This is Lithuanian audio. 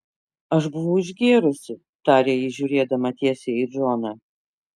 aš buvau išgėrusi tarė ji žiūrėdama tiesiai į džoną